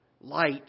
light